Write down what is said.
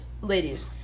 ladies